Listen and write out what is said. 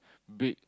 big